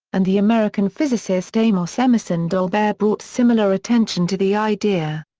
and the american physicist amos emerson dolbear brought similar attention to the idea.